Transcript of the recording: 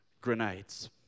grenades